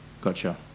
Gotcha